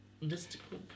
Mystical